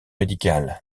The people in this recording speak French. médical